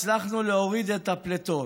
הצלחנו להוריד את הפליטות.